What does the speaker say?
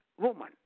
woman